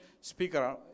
speaker